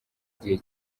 gihe